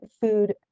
food